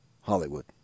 Hollywood